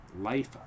life